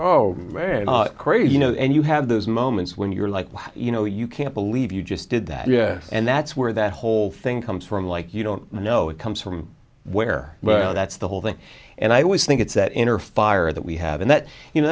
no man crazy you know and you have those moments when you're like wow you know you can't believe you just did that and that's where that whole thing comes from like you don't know it comes from where well that's the whole thing and i always think it's that inner fire that we have and that you know